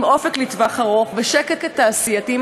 עם אופק לטווח ארוך ושקט תעשייתי,